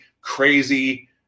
crazy